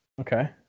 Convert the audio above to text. okay